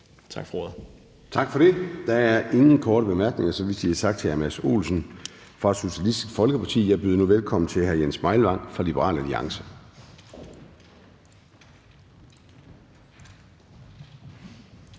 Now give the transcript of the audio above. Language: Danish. Gade): Der er ingen korte bemærkninger, så vi siger tak til hr. Mads Olsen fra Socialistisk Folkeparti. Jeg byder nu velkommen til hr. Jens Meilvang fra Liberal Alliance.